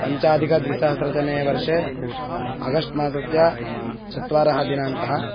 पञ्चाधिकद्विसहस्रतमे वर्षे अगस्ट् मासस्य चत्वारः दिनाङ्कः